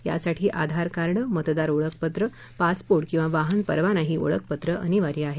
यासाठी आधार कार्ड मतदार ओळखपत्र पासपोर्ट किंवा वाहन परवाना ही ओळखपत्र अनिवार्य आहेत